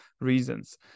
reasons